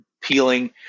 peeling